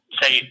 say